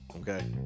okay